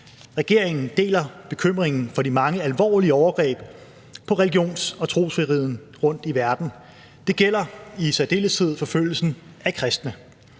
Regeringen deler bekymringen for de mange alvorlige overgreb på religions- og trosfriheden rundt i verden. Det gælder i særdeleshed forfølgelsen af kristne,